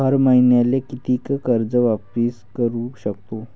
हर मईन्याले कितीक कर्ज वापिस करू सकतो?